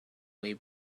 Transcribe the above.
way